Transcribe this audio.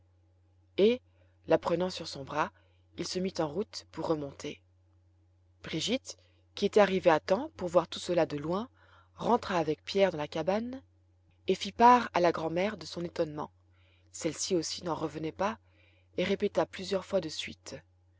et la prenant sur son bras il se mit en route pour remonter brigitte qui était arrivée à temps pour voir tout cela de loin rentra avec pierre dans la cabane et fit part à la grand'mère de son étonnement celle-ci aussi n'en revenait pas et répéta plusieurs fois de suite